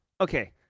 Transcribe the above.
okay